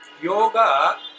Yoga